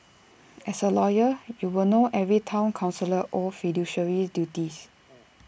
as A lawyer you will know every Town councillor owes fiduciary duties